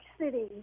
City